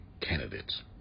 candidates